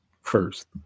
first